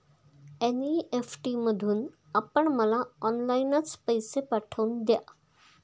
NEFT मधून आपण मला ऑनलाईनच पैसे पाठवून द्या